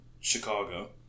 Chicago